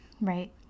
right